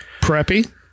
Preppy